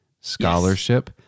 scholarship